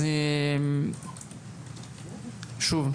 שוב,